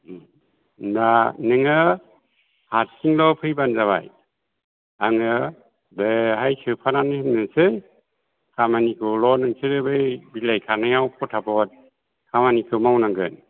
दा नों हारसिंल' फैबानो जाबाय आं बेहाय सोफानानै होनोसै खामानिखौल' नोंसोर बै बिलाइ खानायाव फताफत खामानिखौ मावनांगोन